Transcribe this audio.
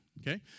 Okay